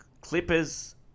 Clippers